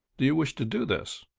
do you wish to do this?